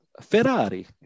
Ferrari